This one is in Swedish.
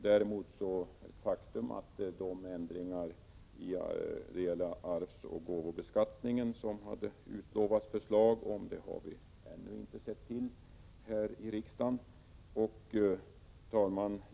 Däremot är det ett faktum att de ändringar i fråga om arvsoch gåvobeskattningen som det har utlovats förslag om har vi ännu inte sett till här i riksdagen. Herr talman!